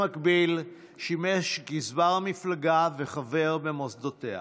במקביל שימש גזבר המפלגה וחבר במוסדותיה.